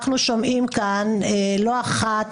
אנחנו שומעים כאן לא אחת,